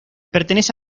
pertenece